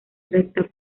recta